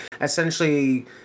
essentially